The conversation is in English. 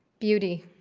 beauty